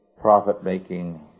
profit-making